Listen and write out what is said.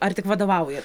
ar tik vadovaujat